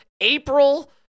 April